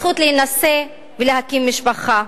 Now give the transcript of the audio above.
הזכות להינשא ולהקים משפחה.